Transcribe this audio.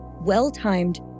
well-timed